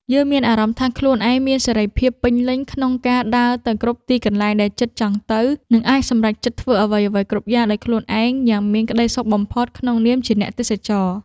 យើងមានអារម្មណ៍ថាខ្លួនឯងមានសេរីភាពពេញលេញក្នុងការដើរទៅគ្រប់ទីកន្លែងដែលចិត្តចង់ទៅ និង អាចសម្រេចចិត្តធ្វើអ្វីៗគ្រប់យ៉ាងដោយខ្លួនឯងយ៉ាងមានក្តីសុខបំផុតក្នុងនាមជាអ្នកទេសចរ។